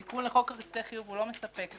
תיקון לחוק כרטיסי חיוב לא מספק.